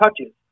touches